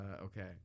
Okay